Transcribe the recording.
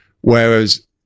whereas